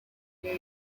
new